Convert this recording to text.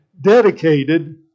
dedicated